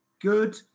good